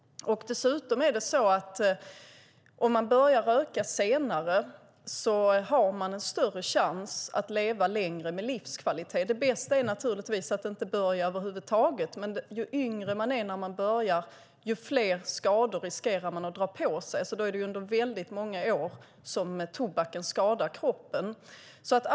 Dessutom är det så att om man börjar röka senare har man större chans att leva längre med livskvalitet. Det bästa är naturligtvis att inte börja över huvud taget. Men ju yngre man är när man börjar, desto fler skador riskerar man att dra på sig. Då skadar tobaken kroppen i väldigt många år.